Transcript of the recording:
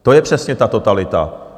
To je přesně ta totalita.